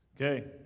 Okay